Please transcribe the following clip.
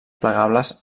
plegables